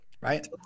Right